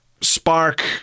spark